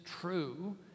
true